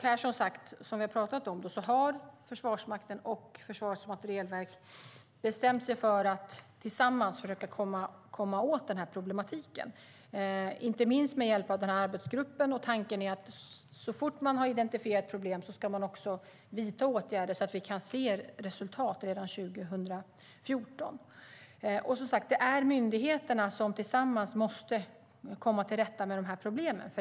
Här har Försvarsmakten och Försvarets materielverk bestämt sig för att tillsammans försöka komma åt problematiken inte minst med hjälp av arbetsgruppen. Tanken är att så fort man har identifierat ett problem ska man också vidta åtgärder så att vi kan se resultat redan 2014. Det är myndigheterna som tillsammans måste komma till rätta med problemen.